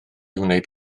wneud